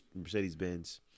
Mercedes-Benz